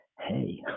hey